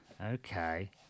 Okay